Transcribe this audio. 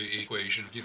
equation